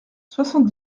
soixante